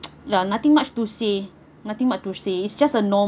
ya nothing much to say nothing much to say it's just a normal